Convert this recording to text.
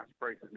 prices